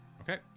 Okay